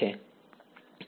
વિદ્યાર્થી